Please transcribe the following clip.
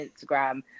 Instagram